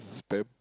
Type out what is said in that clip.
spam